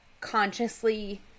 consciously